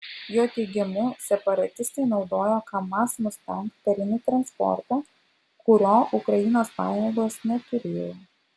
jo teigimu separatistai naudojo kamaz mustang karinį transportą kurio ukrainos pajėgos neturėjo